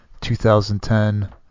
2010